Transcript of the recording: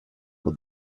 for